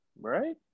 Right